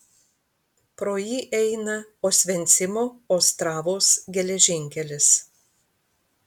pro jį eina osvencimo ostravos geležinkelis